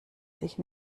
sich